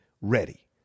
ready